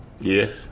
Yes